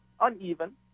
uneven